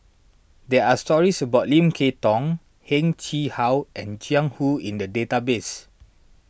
there are stories about Lim Kay Tong Heng Chee How and Jiang Hu in the database